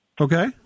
Okay